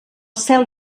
cel